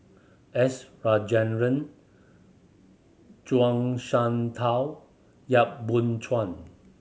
S Rajendran Zhuang Shengtao Yap Boon Chuan